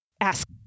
ask